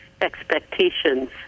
expectations